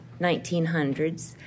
1900s